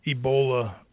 Ebola